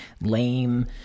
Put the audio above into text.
lame